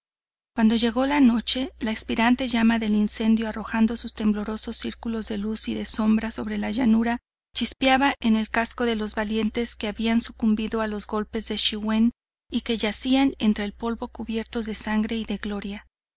cuando llegó la noche la expirante llama del incendio arrojando sus temblorosos círculos de luz y de sombra sobre la llanura chispeaba en el casco de los valientes que habían sucumbido a los golpes de schiwen y que yacían entre el polvo cubiertos de sangre y de gloria